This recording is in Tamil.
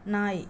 நாய்